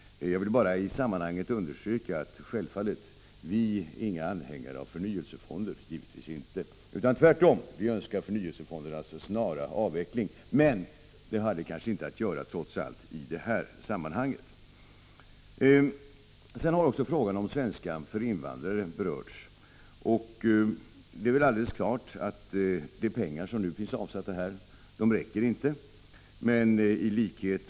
Jag vill här bara understryka att vi självfallet inte är några anhängare av förnyelsefonder. Tvärtom önskar vi förnyelsefondernas snara avveckling. Men frågan hade kanske trots allt inte i detta sammanhang att göra. Frågan om undervisning i svenska för invandrare har också berörts. Det är alldeles klart att de pengar som nu är avsatta för detta ändamål inte räcker.